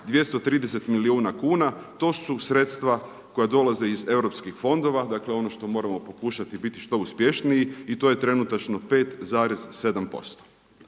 230 milijuna kuna to su sredstva koja dolaze iz europskih fondova. Dakle ono što moramo pokušati biti što uspješniji i to je trenutačno 5,7%.